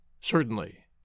Certainly